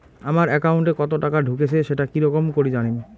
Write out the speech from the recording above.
আমার একাউন্টে কতো টাকা ঢুকেছে সেটা কি রকম করি জানিম?